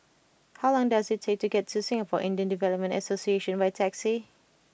how long does it take to get to Singapore Indian Development Association by taxi